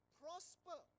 prosper